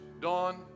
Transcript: Dawn